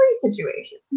situation